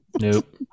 Nope